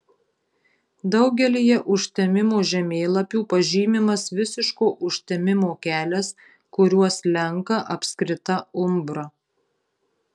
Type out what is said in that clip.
daugelyje užtemimo žemėlapių pažymimas visiško užtemimo kelias kuriuo slenka apskrita umbra